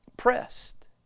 Pressed